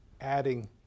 adding